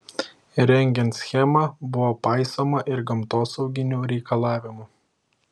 rengiant schemą buvo paisoma ir gamtosauginių reikalavimų